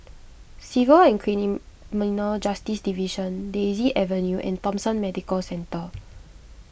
Civil and Criminal Justice Division Daisy Avenue and Thomson Medical Centre